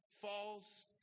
falls